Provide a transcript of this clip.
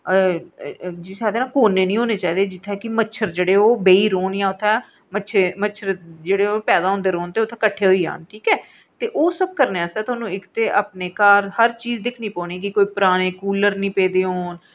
जिसी आखदे ना कोने जित्थै कि मच्छर जेह्ड़े न बेही रौह्न जां उत्थै मच्छर जेह्ड़े न पैदा होंदे रौह्न ते उत्थै किट्ठे होई जाह्न ठीक ऐ ते एह् सब करने आस्तै तुसें अपने घर हर चीज़ दिक्खनी पौनी कि कोई पुराने कूलर नीं पेदे होन